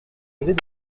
avait